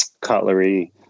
cutlery